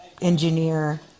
engineer